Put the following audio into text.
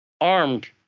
armed